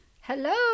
Hello